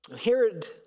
Herod